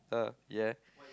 uh ya